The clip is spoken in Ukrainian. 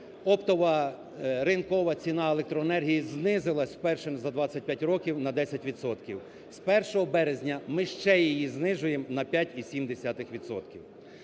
оптова ринкова ціна електроенергії знизилась вперше за 25 років на 10 відсотків. З 1 березня ми ще її знижуємо на 5,7